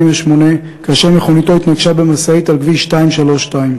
כאשר מכוניתו התנגשה במשאית על כביש 232,